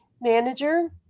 manager